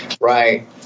Right